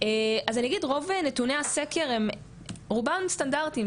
אז אני אגיד רוב נתוני הסקר הם רובם סטנדרטיים,